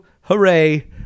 hooray